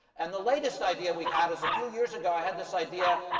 and the latest idea we had is a few years ago i had this idea.